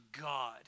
God